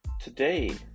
Today